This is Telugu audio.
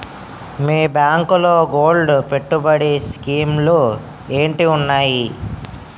మీ బ్యాంకులో గోల్డ్ పెట్టుబడి స్కీం లు ఏంటి వున్నాయి?